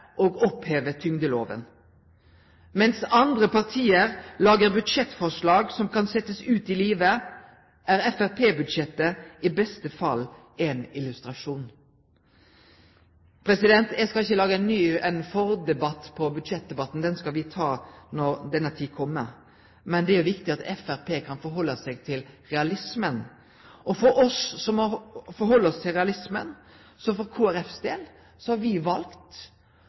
og oppheve tyngdeloven. Mens andre partier lager budsjettforslag som kan settes ut i livet, er Frp-budsjettet i beste fall en illustrasjon Eg skal ikkje lage ein «fordebatt» på budsjettdebatten, den skal me ta når den tid kjem. Men det er viktig at Framstegspartiet kan vere realistiske. Og vi i Kristeleg Folkeparti, som må vere realistiske, har for vår del